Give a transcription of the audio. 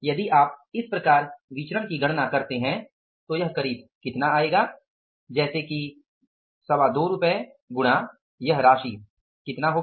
यदि आप इस प्रकार विचरण की गणना करते हैं तो यह करीब इतना आएगा जैसे कि 225 रुपये गुणा यह राशि कितना होगा